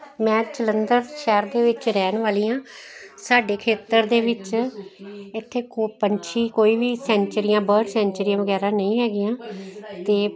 ਮੈਂ ਜਲੰਧਰ ਸ਼ਹਿਰ ਦੇ ਵਿੱਚ ਰਹਿਣ ਵਾਲੀ ਹਾਂ ਸਾਡੇ ਖੇਤਰ ਦੇ ਵਿੱਚ ਇੱਥੇ ਕੋ ਪੰਛੀ ਕੋਈ ਵੀ ਸੈਂਚਰੀਆਂ ਬਰਡ ਸੈਂਚਰੀਆਂ ਵਗੈਰਾ ਨਹੀਂ ਹੈਗੀਆਂ ਅਤੇ